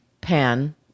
pan